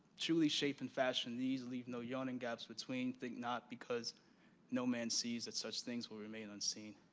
truly shape and fashion these leave no yawning gaps between. think not, because no man sees that such things will remain unseen.